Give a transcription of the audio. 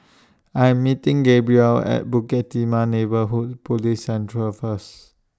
I Am meeting Gabriel At Bukit Timah Neighbourhood Police Centre First